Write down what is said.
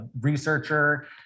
researcher